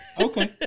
Okay